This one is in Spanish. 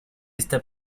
esta